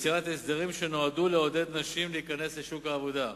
ביצירת הסדרים שנועדו לעודד נשים להיכנס לשוק העבודה.